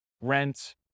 rent